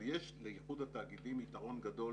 אבל יש לאיחוד התאגידים יתרון גדול